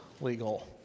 legal